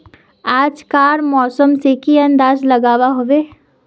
आज कार मौसम से की अंदाज लागोहो होबे?